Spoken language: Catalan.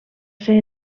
ser